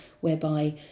whereby